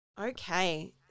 Okay